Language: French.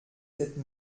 sept